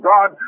God